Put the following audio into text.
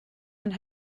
and